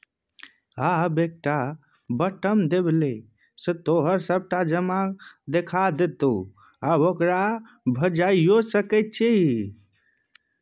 आब एकटा बटम देबेले सँ तोहर सभटा जमा देखा देतौ आ ओकरा भंजाइयो सकैत छी